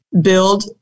build